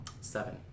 Seven